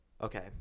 okay